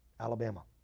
Alabama